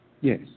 Yes